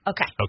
Okay